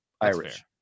Irish